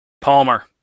Palmer